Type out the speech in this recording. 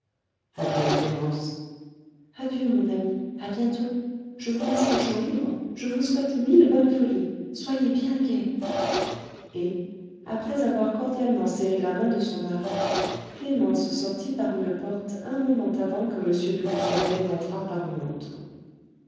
adieu clémence adieu mon ami à bientôt je vous laisse le champ libre je vous souhaite mille bonnes folies soyez bien gai et après avoir cordialement serré la main de son mari clémence sortit par une porte un moment avant que m de lucenay n'entrât par une autre